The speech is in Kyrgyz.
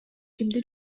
кимди